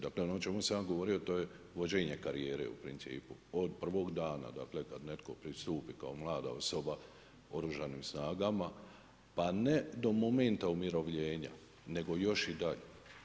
Dakle ono o čemu sam ja govorio to je vođenje karijere u principu od prvog dana dakle kada netko pristupi kao mlada osoba Oružanim snagama pa ne do momenta umirovljenja, nego još i dalje.